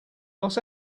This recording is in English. los